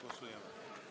Głosujemy.